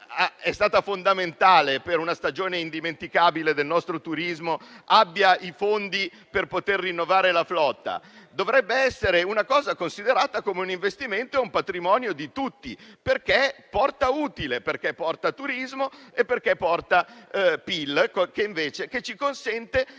è stata fondamentale per una stagione indimenticabile del nostro turismo, abbia i fondi per poter rinnovare la flotta; dovrebbe essere considerato un investimento e un patrimonio di tutti, perché porta utile, porta turismo e PIL, che ci consente di